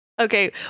Okay